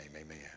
amen